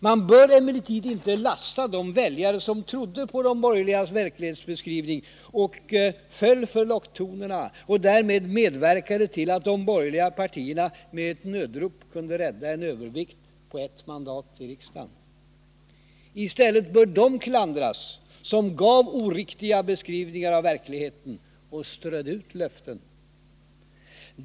Man bör emellertid inte lasta de väljare som trodde på de borgerligas verklighetsbeskrivning och föll för locktonerna — och därmed medverkade till att de borgerliga partierna med ett nödrop kunde rädda en övervikt på ett mandat i riksdagen. I stället bör de klandras som gav oriktiga beskrivningar av verkligheten och strödde ut löften.